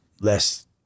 less